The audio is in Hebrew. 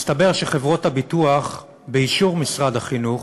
מסתבר שחברות הביטוח, באישור משרד החינוך